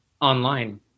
online